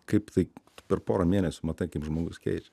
kaip tai per pora mėnesių matai kaip žmogus keičias